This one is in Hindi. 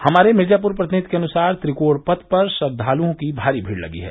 हमारे मिर्जाप्र प्रतिनिधि के अनुसार त्रिकोण पथ पर श्रद्वालुओं की भारी भीड़ लगी है